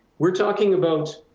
we're talking about